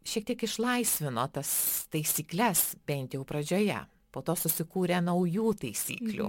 šiek tiek išlaisvino tas taisykles bent jau pradžioje po to susikūrė naujų taisyklių